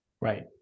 right